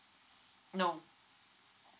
no